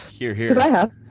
hear, hear. because i have.